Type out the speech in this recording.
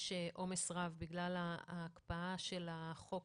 יש עומס רב בגלל ההקפאה של החוק